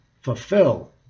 fulfill